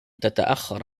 تتأخر